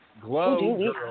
Glow